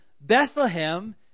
Bethlehem